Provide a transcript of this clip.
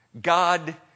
God